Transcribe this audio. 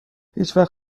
هیچوقت